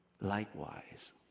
likewise